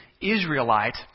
Israelite